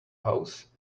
house